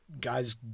guys